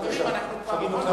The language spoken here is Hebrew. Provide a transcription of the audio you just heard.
חברים,